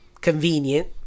convenient